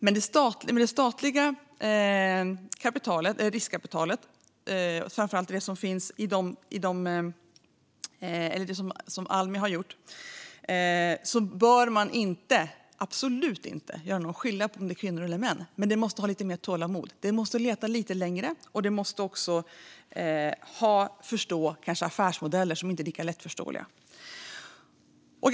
Med det statliga riskkapitalet, framför allt när det gäller det som Almi har gjort, bör man absolut inte göra någon skillnad mellan kvinnor och män. Men man måste ha lite mer tålamod. Man måste leta lite längre, och man måste också förstå affärsmodeller som inte är lika lättförståeliga som andra.